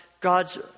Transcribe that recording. God's